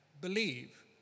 believe